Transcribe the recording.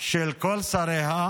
של כל שריה,